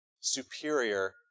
superior